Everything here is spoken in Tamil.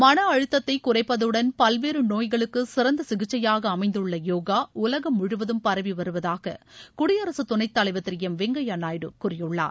மன அழுத்தத்தை குறைப்பதுடன் பல்வேறு நோய்களுக்கு சிறந்த சிகிச்சையாக அமைந்துள்ள யோகா உலகம் முழுவதம் பரவி வருவதாக குடியரசுத் துணைத் தலைவர் திரு எம் வெங்கையா நாயுடு கூறியுள்ளார்